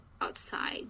outside